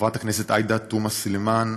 חברת הכנסת עאידה תומא סלימאן,